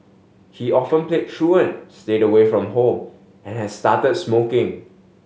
he often played truant stayed away from home and had started smoking